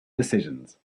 decisions